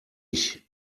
ich